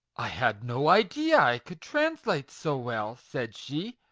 i had no idea i could translate so well, said she,